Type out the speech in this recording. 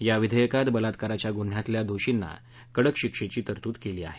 या विधेयकात बलात्काराच्या गुन्ह्यातल्या दोषींना कडक शिक्षेची तरतूद केली आहे